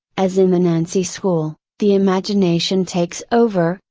as in the nancy school, the imagination takes over,